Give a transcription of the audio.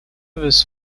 was